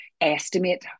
estimate